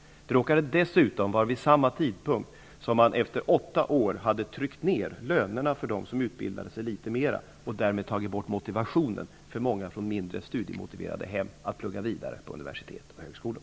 Det råkade dessutom vara vid samma tidpunkt som man efter åtta år hade tryckt ned lönerna för dem som utbildade sig litet mera och därmed tagit bort motivationen för många från mindre studiemotiverade hem att plugga vidare på universitet och högskolor.